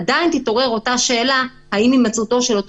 עדיין תתעורר אותה השאלה האם הימצאותו של אותו